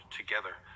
together